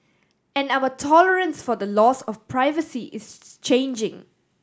and our tolerance for the loss of privacy is changing